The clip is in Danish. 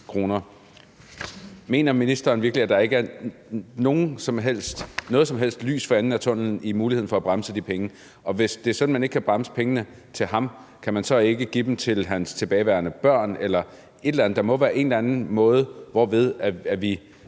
Mener ministeren virkelig, at der ikke er noget som helst lys for enden af tunnellen med hensyn til at bremse udbetalingen af de penge? Og hvis det er sådan, at man ikke kan bremse udbetalingen af pengene til ham, kan man så ikke give dem til hans tilbageværende børn eller noget andet? Der må være en eller anden måde, hvorved vi